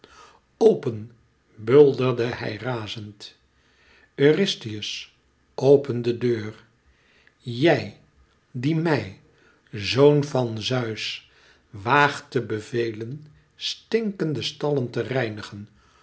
open bulderde hij razend eurystheus open de deur jij die mij zoon van zeus waagt te bevelen stinkende stallen te reinigen